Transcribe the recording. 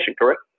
correct